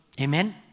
Amen